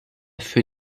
für